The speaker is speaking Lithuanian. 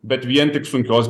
bet vien tik sunkios